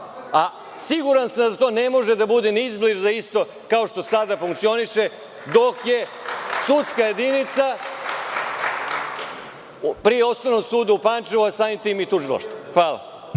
a siguran sam da to ne može biti ni izbliza isto, kao što sada funkcioniše dok je sudska jedinica pri osnovnom sudu u Pančevu, a samim tim i tužilaštvo. Hvala.